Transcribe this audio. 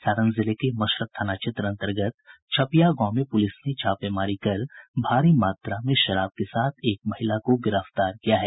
सारण जिले के मशरख थाना क्षेत्र अंतर्गत छपिया गांव में पुलिस ने छापेमारी कर भारी मात्रा में शराब के साथ एक महिला को गिरफ्तार किया है